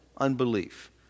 unbelief